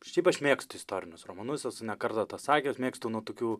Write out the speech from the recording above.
šiaip aš mėgstu istorinius romanus esu ne kartą tą sakęs mėgstu nuo tokių